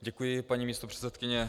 Děkuji, paní místopředsedkyně.